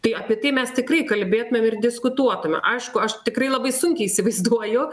tai apie tai mes tikrai kalbėtumėm ir diskutuotume aišku aš tikrai labai sunkiai įsivaizduoju